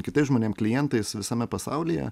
kitais žmonėm klientais visame pasaulyje